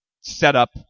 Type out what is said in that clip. setup